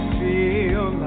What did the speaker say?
feel